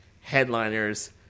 headliners